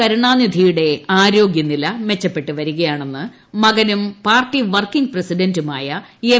കരുണാനിധിയുടെ ആരോഗൃനില മെച്ചപ്പെട്ടു വരികയാണെന്ന് മകനും പാർട്ടി വർക്കിംഗ് പ്രസിഡന്റുമായ എം